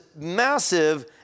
massive